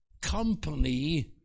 company